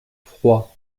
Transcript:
froid